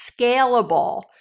scalable